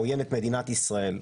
העוין את מדינת ישראל.